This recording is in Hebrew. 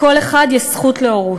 לכל אחד יש זכות להורות,